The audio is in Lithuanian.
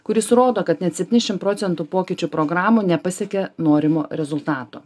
kuris rodo kad net septyniasdešimt proc pokyčių programų nepasiekia norimo rezultato